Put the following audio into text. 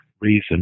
reason